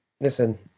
listen